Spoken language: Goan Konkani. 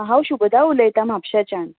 हांव शुभदा उलयता म्हापशेच्यान